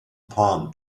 palm